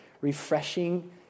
refreshing